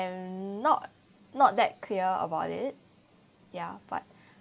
and not not that clear about it ya but